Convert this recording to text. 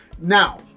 Now